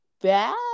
bad